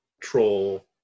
Troll